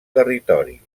territori